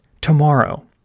tomorrow